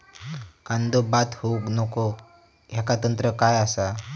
कांदो बाद होऊक नको ह्याका तंत्र काय असा?